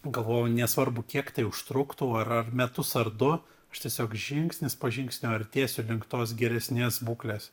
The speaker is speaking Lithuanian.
galvojau nesvarbu kiek tai užtruktų ar ar metus ar du aš tiesiog žingsnis po žingsnio artėsiu link tos geresnės būklės